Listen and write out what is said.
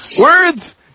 Words